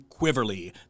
Quiverly